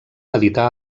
editar